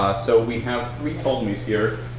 so we have three ptolemy's here.